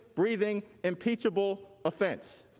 breathing impeachable offense.